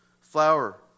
flower